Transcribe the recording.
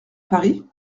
paris